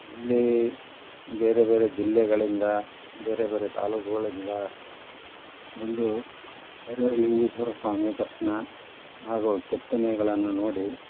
ಇಲ್ಲಿ ಬೇರೆ ಬೇರೆ ಜಿಲ್ಲೆಗಳಿಂದ ಬೇರೆ ಬೇರೆ ತಾಲ್ಲೂಕುಗಳಿಂದ ಬಂದು ಹರಿಹರ ಲಿಂಗೇಶ್ವರ ಸ್ವಾಮಿಯ ದರ್ಶನ ಹಾಗೂ ಕೆತ್ತನೆಗಳನ್ನು ನೋಡಿ